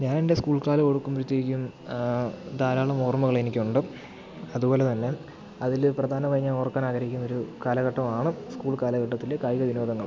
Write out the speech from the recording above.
ഞാനെൻ്റെ സ്കൂൾ കാലം ഓർക്കുമ്പോഴത്തേക്കും ധാരാളം ഓർമ്മകളെനിക്കുണ്ട് അതുപോലെ തന്നെ അതില് പ്രധാനമായി ഞാന് ഓർക്കാനാഗ്രഹിക്കുന്നൊരു കാലഘട്ടമാണ് സ്കൂൾ കാലഘട്ടത്തിലെ കായിക വിനോദങ്ങൾ